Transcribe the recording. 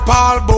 Paul